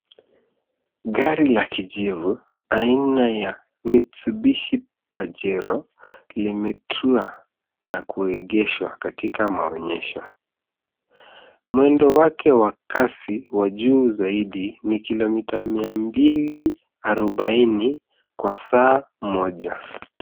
Gari ya kijivu aina ya mitsubishi pajero limetua na kuegeshwa katika maonyesho. Mwendo wake wa kasi wa juu zaidi ni kilomita mia mbili arobaini kwa saa moja.